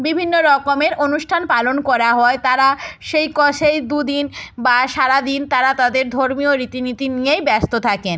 বিভিন্ন রকমের অনুষ্ঠান পালন করা হয় তারা সেই ক সেই দুদিন বা সারা দিন তারা তাদের ধর্মীয় রীতি নীতি নিয়েই ব্যস্ত থাকেন